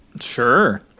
Sure